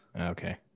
Okay